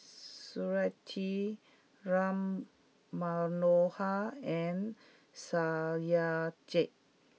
Smriti Ram Manohar and Satyajit